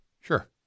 Sure